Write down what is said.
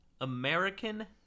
American